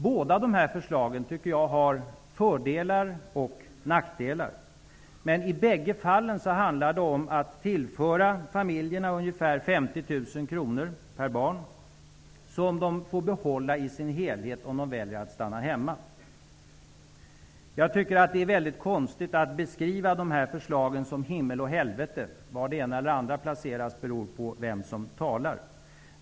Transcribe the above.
Jag tycker att båda dessa förslag har fördelar och nackdelar, men i bägge fallen handlar det om att tillföra familjerna ungefär 50 000 kr per barn, ett belopp som de får behålla i dess helhet om de väljer att stanna hemma. Jag tycker att det är mycket konstigt att beskriva de här förslagen i termer av himmel och helvete -- var det ena placeras beror på vem som talar.